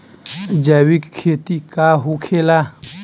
जैविक खेती का होखेला?